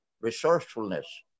resourcefulness